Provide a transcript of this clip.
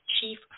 chief